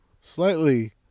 slightly